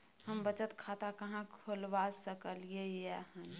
हम बचत खाता कहाॅं खोलवा सकलिये हन?